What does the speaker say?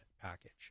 package